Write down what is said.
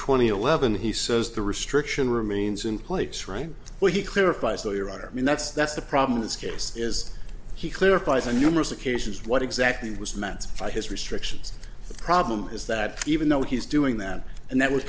and eleven he says the restriction remains in place right where he clarified so you're right i mean that's that's the problem this case is he clarified the numerous occasions what exactly was meant by his restrictions the problem is that even though he's doing that and that w